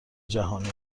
جهانی